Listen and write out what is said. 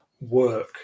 work